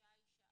או לא.